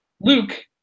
Luke